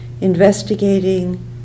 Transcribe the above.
investigating